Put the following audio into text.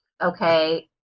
okay